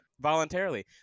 Voluntarily